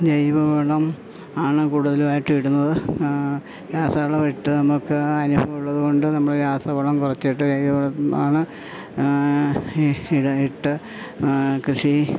ജൈവ വളം ആണ് കൂടുതലുമായിട്ടിടുന്നത് രാസവളം ഇട്ട് നമുക്ക് അനുഭവമുള്ളതു കൊണ്ട് നമ്മൾ രാസവളം കുറച്ചിട്ട് ജൈവ വളമാണ് ഇട് ഇട്ട് കൃഷി